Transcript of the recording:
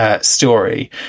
story